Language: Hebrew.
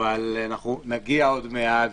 אבל נגיע עוד מעט,